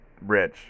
rich